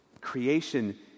Creation